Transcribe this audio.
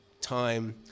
time